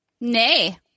Nay